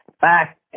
back